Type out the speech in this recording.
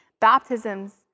baptisms